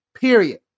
period